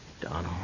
Donald